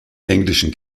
englischen